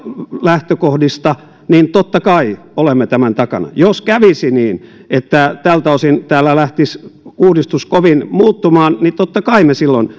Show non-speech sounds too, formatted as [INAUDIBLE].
lähtökohdista niin totta kai olemme tämän takana jos kävisi niin että tältä osin täällä lähtisi uudistus kovin muuttumaan totta kai me silloin [UNINTELLIGIBLE]